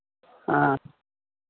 आ